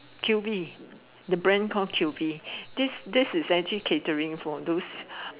Q_V the brand call Q_V this this is actually catering for those